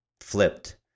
flipped